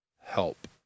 help